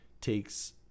takes